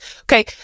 Okay